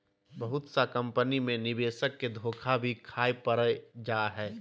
बहुत सा कम्पनी मे निवेशक के धोखा भी खाय पड़ जा हय